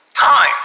time